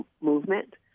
movement